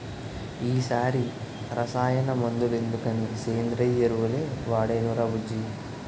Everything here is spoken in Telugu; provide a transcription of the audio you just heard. ఈ సారి రసాయన మందులెందుకని సేంద్రియ ఎరువులే వాడేనురా బుజ్జీ